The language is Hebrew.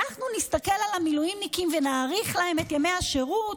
אנחנו נסתכל על המילואימניקים ונאריך להם את ימי השירות?